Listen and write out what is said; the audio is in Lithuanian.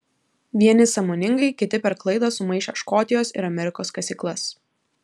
vieni sąmoningai kiti per klaidą sumaišę škotijos ir amerikos kasyklas